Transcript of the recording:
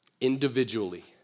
individually